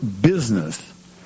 business